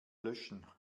löschen